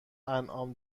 انعام